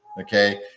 okay